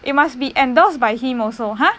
it must be endorsed by him also !huh!